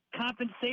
compensation